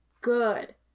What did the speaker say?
good